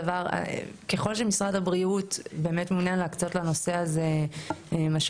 ככל שמשרד הבריאות באמת מעוניין להקצות לנושא הזה משאבים,